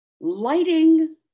Lighting